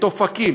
את אופקים.